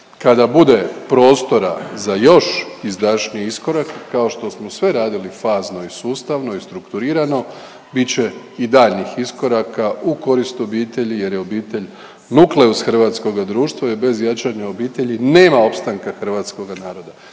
Kada bude prostora za još izdašniji iskorak kao što smo sve radili fazno i sustavno i strukturirano bit će i daljnjih iskoraka u korist obitelji jer je obitelj nukleus hrvatskoga društva jer bez jačanja obitelji nema opstanka hrvatskoga naroda